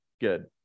good